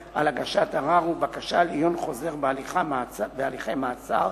נקבעו הגבלות מסוימות על הגשת ערר ובקשה לעיון חוזר בהליכי מעצר,